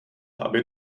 aby